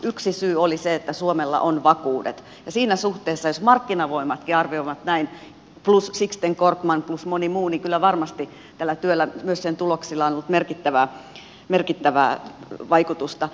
yksi syy oli se että suomella on vakuudet ja siinä suhteessa jos näin arvioivat markkinavoimatkin plus sixten korkman plus moni muu niin kyllä varmasti tällä työllä myös sen tuloksilla on ollut merkittävää vaikutusta